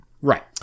Right